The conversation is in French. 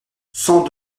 cent